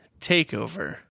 takeover